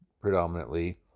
predominantly